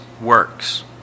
works